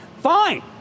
Fine